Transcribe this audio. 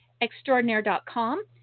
extraordinaire.com